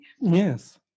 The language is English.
yes